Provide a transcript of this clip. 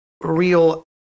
real